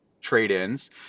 trade-ins